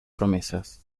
promesas